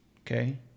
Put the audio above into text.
Okay